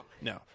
no